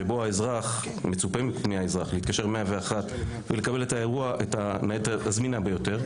שבו מצופה מהאזרח להתקשר 101 ולקבל את הניידת הזמינה ביותר,